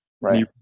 Right